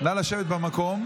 נא לשבת במקום.